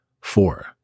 Four